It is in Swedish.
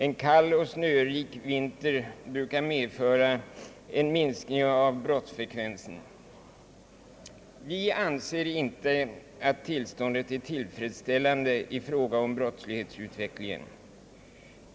En kall och snörik vinter brukar medföra en minskning av brottsfrekvensen. Vi anser inte att tillståndet är tillfredsställande i fråga om brottslighetsutvecklingen.